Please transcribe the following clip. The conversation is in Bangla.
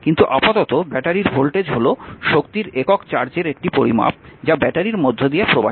কিন্তু আপাতত ব্যাটারির ভোল্টেজ হল শক্তির একক চার্জের একটি পরিমাপ যা ব্যাটারির মধ্যে দিয়ে প্রবাহিত হয়